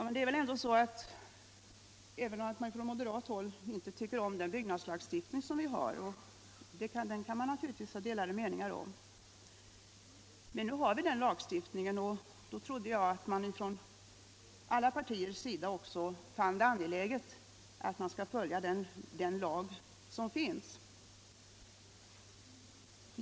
Men även om man från moderat håll inte tycker om den byggnadslagstiftning som vi har — och den kan det naturligtvis råda delade meningar om — så gäller ju ändå denna lagstiftning. Och jag trodde att man från alla partiers sida fann det angeläget att följa den lag som finns.